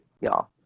y'all